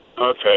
Okay